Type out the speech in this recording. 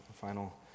final